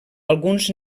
alguns